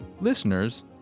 listeners